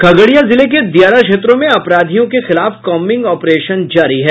खगड़िया जिले के दियारा क्षेत्रों में अपराधियों के खिलाफ कॉम्बिग ऑपरेशन जारी है